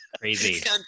Crazy